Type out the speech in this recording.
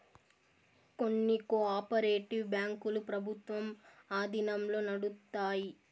కొన్ని cooperative బ్యాంకులు ప్రభుత్వం ఆధీనంలో నడుత్తాయి